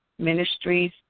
Ministries